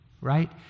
right